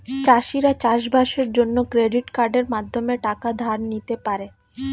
চাষিরা চাষবাসের জন্য ক্রেডিট কার্ডের মাধ্যমে টাকা ধার নিতে পারে